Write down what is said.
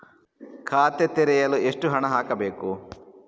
ಖಾತೆ ತೆರೆಯಲು ಎಷ್ಟು ಹಣ ಹಾಕಬೇಕು?